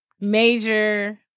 major